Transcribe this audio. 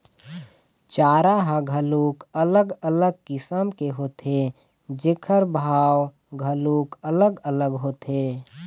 चारा ह घलोक अलग अलग किसम के होथे जेखर भाव घलोक अलग अलग होथे